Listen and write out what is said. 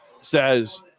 says